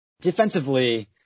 defensively